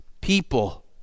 people